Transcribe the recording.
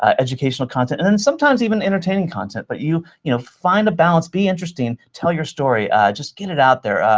educational content, and then sometimes even entertaining content. but you you know find a balance. be interesting. tell your story. just get it out there.